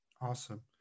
awesome